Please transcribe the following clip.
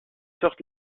sorte